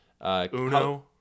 Uno